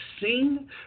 seen